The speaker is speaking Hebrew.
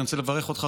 אני רוצה לברך אותך,